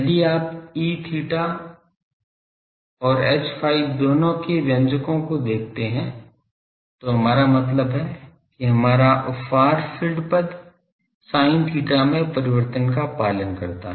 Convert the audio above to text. यदि आप Eθ और Hϕ दोनों के व्यंजकों को देखते हैं तो हमारा मतलब है कि हमारा फार फील्ड पद sin theta में परिवर्तन का पालन करता है